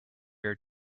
are